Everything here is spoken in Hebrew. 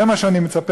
זה מה שאני מצפה,